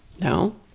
No